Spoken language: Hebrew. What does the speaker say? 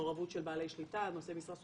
מעורבות של בעלי שליטה, נושאי משרה?